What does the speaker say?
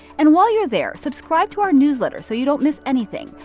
and while you're there, subscribe to our newsletter so you don't miss anything.